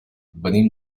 venim